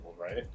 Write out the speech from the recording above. right